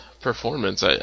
Performance